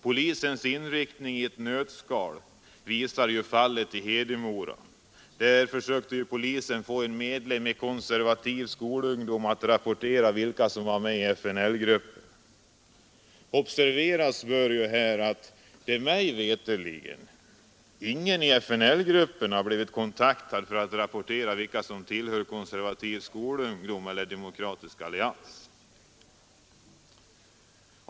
Polisens inriktning i ett nötskal visar fallet i Hedemora där polisen försökte få en medlem i Konservativ skolungdom att rapportera vilka som var med i FNL-gruppen. Här bör ju observeras att mig veterligt ingen i FNL-gruppen blivit kontaktad för att t.ex. rapportera vilka som tillhör Konservativ skolungdom eller Demokratisk allians.